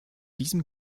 diesem